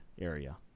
area